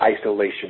isolation